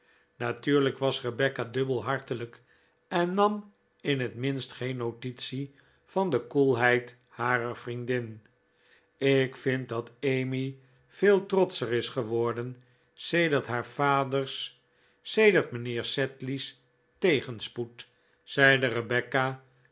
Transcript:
natuurlijk was rebecca dubbel hartelijk en nam in het minst geen notitie van de koelheid harer vriendin ik vind dat emmy veel trotscher is geworden sedert haar vaders sedert mijnheer sedley's tegenspoed zeide rebecca